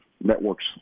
networks